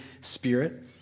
Spirit